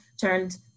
turned